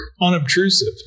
unobtrusive